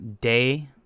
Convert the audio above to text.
day